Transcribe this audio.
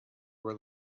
were